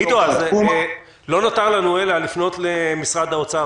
עידו, אז לא נותר לנו אלא לפנות למשרד האוצר.